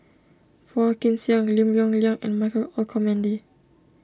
Phua Kin Siang Lim Yong Liang and Michael Olcomendy